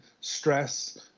stress